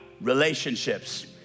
relationships